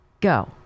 go